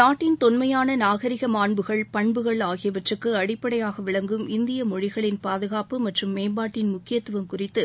நாட்டின் தொன்மையான நாகரீக மாண்புகள் பண்புகள் ஆகியவற்றுக்கு அடிப்படையாக விளங்கும் இந்திய மொழிகளின் பாதுகாப்பு மற்றும் மேம்பாட்டின் முக்கியத்துவம் குறித்து